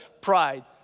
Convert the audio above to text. Pride